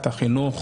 את החינוך,